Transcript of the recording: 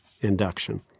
induction